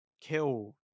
kill